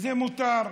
וזה מותר.